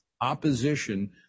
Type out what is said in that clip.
opposition